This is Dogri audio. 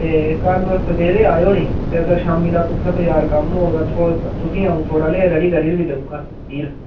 ते कल तुस सवेरे आएओ नी ते अगर शामी तक तुसें बजार कम्म होग तां तुस तुसीं अ'ऊं थुआढ़ा रेडी बी करी देई ओड़गा फिर